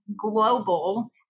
global